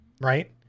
right